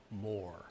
more